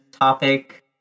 topic